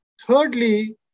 Thirdly